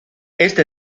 este